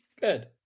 Good